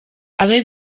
abe